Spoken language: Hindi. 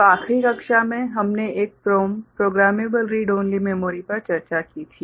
तो आखिरी कक्षा में हमने एक PROM programmable read only memory पर चर्चा की थी